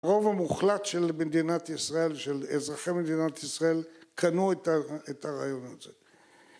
רוב המוחלט של מדינת ישראל של אזרחי מדינת ישראל קנו את הרעיון הזה